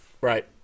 Right